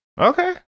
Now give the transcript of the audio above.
Okay